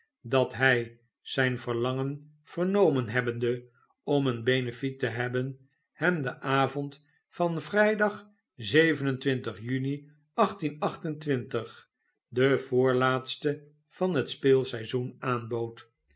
dat hij zijn verlangen vernomen hebbende om een benefiet te hebben hem den avond van vrijdag juni den voorlaatsten van het speelseizoen aanbood